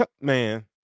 man